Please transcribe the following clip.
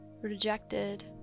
rejected